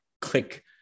click